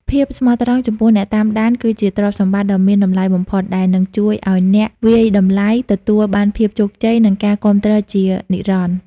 ភាពស្មោះត្រង់ចំពោះអ្នកតាមដានគឺជាទ្រព្យសម្បត្តិដ៏មានតម្លៃបំផុត ដែលនឹងជួយឱ្យអ្នកវាយតម្លៃទទួលបានភាពជោគជ័យ និងការគាំទ្រជានិរន្តរ៍។